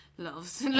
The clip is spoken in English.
Loves